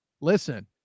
listen